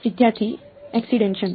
વિદ્યાર્થી એક્સટીન્ક્શન